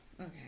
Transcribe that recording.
Okay